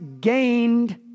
gained